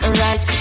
right